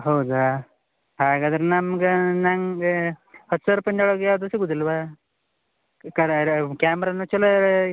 ಹೌದಾ ಹಾಗಾದರೆ ನಮಗೆ ನನಗೆ ಹತ್ತು ಸಾವಿರ ರುಪಾಯಿಂದ ಒಳ್ಗೆ ಯಾವುದೂ ಸಿಗೋದಿಲ್ವ ಕ್ಯಾಮ್ರಾವೂ ಚಲೋ